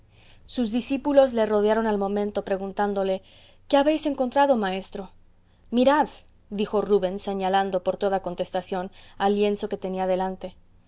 sus discípulos le rodearon al momento preguntándole qué habéis encontrado maestro mirad dijo rubens señalando por toda contestación al lienzo que tenía delante